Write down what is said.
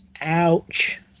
Ouch